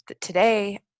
Today